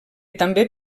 també